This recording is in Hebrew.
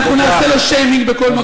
אנחנו נעשה לו שיימינג בכל מקום.